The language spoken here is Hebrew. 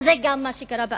זה גם מה שקרה ב-2009,